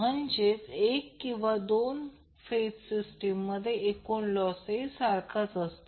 म्हणजेच एक किंवा तीन फेज सिस्टीममध्ये एकूण लॉसही सारखाच असते